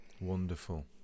Wonderful